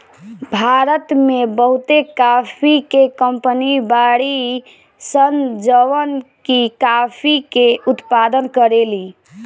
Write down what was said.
भारत में बहुते काफी के कंपनी बाड़ी सन जवन की काफी के उत्पादन करेली